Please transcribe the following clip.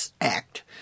act